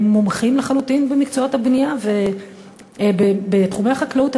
מומחים לחלוטין במקצועות הבנייה ובתחומי החקלאות.